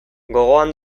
gogoan